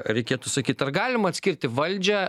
reikėtų sakyt ar galima atskirti valdžią